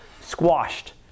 squashed